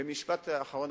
ומשפט אחרון,